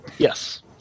Yes